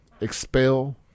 Expel